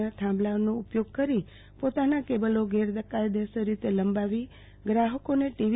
ના થાંભલાનો ઉપયોગ કરી પોતાના કેબલો ગેરકાયદેસર લંબાવીને ગ્રાહકોને ટીવી